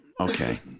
okay